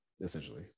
essentially